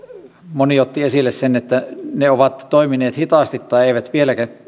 moni otti esille sen että ne ovat toimineet hitaasti tai eivät vieläkään